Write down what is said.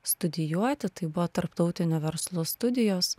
studijuoti tai buvo tarptautinio verslo studijos